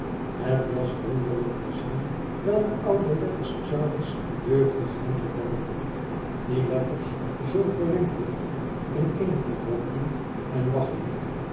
het was wonderlijk te zien welke oude letters charley's jeugdig handje vormde die letters zoo gerimpeld ineengekrompen en